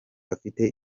afite